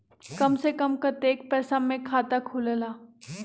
कम से कम कतेइक पैसा में खाता खुलेला?